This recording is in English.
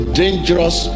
dangerous